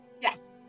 Yes